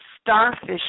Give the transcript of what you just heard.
starfish